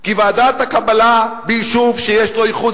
כי ועדת הקבלה ביישוב שיש לו ייחוד,